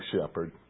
shepherd